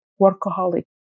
workaholic